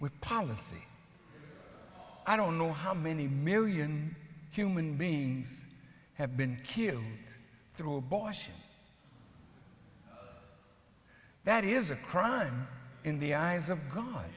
with policy i don't know how many million human beings have been killed through abortion that is a crime in the eyes of god